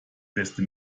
beste